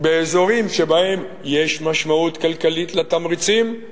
באזורים שבהם יש משמעות כלכלית לתמריצים,